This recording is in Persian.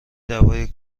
دوای